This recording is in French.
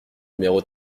numéro